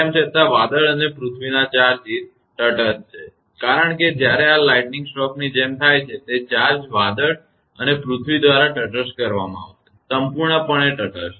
તેમ છતાં વાદળ અને પૃથ્વીના ચાર્જિસ તટસ્થ છે કારણ કે જ્યારે આ લાઈટનિંગ સ્ટ્રોકની જેમ થાય છે તે ચાર્જ વાદળ અને પૃથ્વી દ્વારા તટસ્થ કરવામાં આવશે સંપૂર્ણપણે તટસ્થ